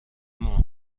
ماها